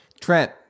Trent